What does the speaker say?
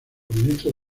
ministros